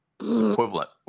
equivalent